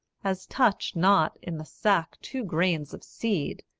as touch not in the sack two grains of seed,